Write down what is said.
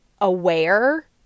aware